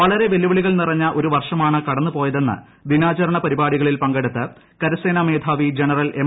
വളരെ വെല്ലു്പിളികൾ നിറഞ്ഞ ഒരു വർഷമാണ് കടന്നു പോയ്ക്ക്രിന്ന് ദിനാചരണ പരിപാടികളിൽ പങ്കെടുത്ത് കരസേന്റ്റ് മ്യേധാവി ജനറൽ എം